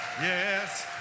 Yes